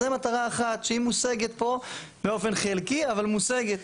זה מטרה אחת שהיא מושגת פה באופן חלקי, אבל מושגת.